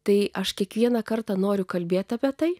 tai aš kiekvieną kartą noriu kalbėti apie tai